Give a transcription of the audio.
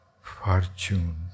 fortune